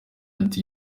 ati